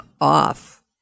off